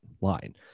line